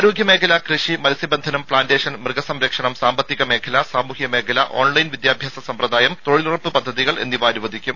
ആരോഗ്യ മേഖല കൃഷി മത്സ്യബന്ധനം പ്ലാന്റേഷൻ മൃഗസംരക്ഷണം സാമ്പത്തിക മേഖല സാമൂഹ്യ മേഖലഓൺലൈൻ വിദ്യാഭ്യാസ സമ്പ്രദായം തൊഴിലുറപ്പ് പദ്ധതികൾ എന്നിവ അനുവദിക്കും